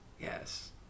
yes